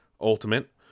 Ultimate